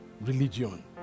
religion